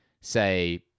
say